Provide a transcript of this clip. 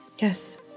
Yes